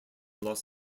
los